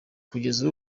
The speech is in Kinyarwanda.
kugeza